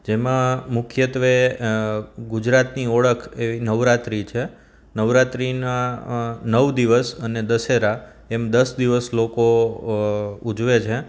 જેમાં મુખ્યત્વે ગુજરાતની ઓળખ એવી નવરાત્રી છે નવરાત્રીના નવ દિવસ અને દશેરા એમ દસ દિવસ લોકો ઉજવે છે